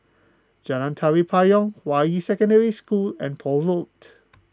Jalan Tari Payong Hua Yi Secondary School and Poole Road